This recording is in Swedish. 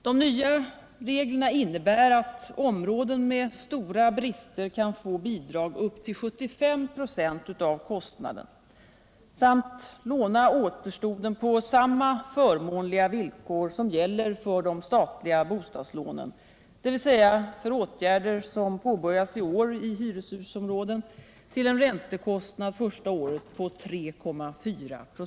De nya reglerna innebär att områden med stora brister kan få bidrag upp till 75 96 av kostnaden samt låna återstoden på samma förmånliga villkor som gäller för de statliga bostadslånen, dvs. för åtgärder som påbörjas i år i hyreshusområden till en räntekostnad första året av 3,4 "4.